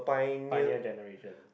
pioneer generation